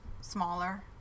smaller